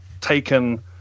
taken